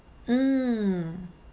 mm